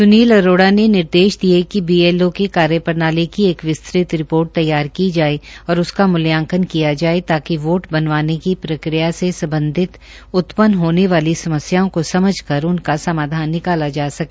श्री अरोड़ा ने अधिकारियों को निर्देश दिए कि बीएलओ की कार्यप्रणाली की एक विस्तृत रिपोर्ट तैयार की जाए और उसका मुल्यांकन किया जाए ताकि वोट बनवाने की प्रक्रिया से संबंधित उत्पन्न होने वाली समस्याओं को समझ कर उनका समाधान निकाला जा सके